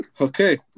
Okay